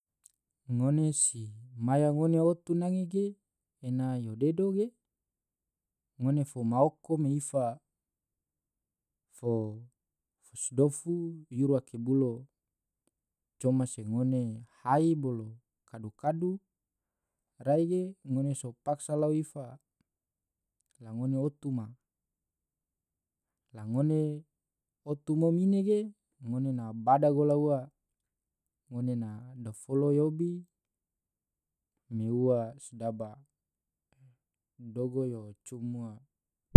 ngone si maya ngone otu nange ge ena yo dedo ge, ngone fo maoko me ifa, fo sodofu yuru ake bulo, coma se ngone hai bolo kadu-kadu rai ge ngone so paksa lao ifa la ngone otu ma, la ngone otu mom ine ge, ngone na bada gola ua, ngone na dofolo me ua sedaba dogo yo cum ua.